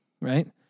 right